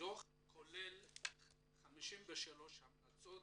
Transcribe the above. הדו"ח כולל 53 המלצות